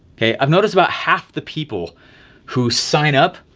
okay, i've noticed about half the people who sign up,